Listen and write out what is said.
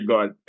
God